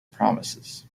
promises